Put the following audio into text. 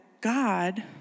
God